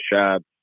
shots